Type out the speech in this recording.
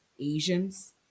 Asians